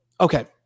okay